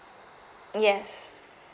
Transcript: yes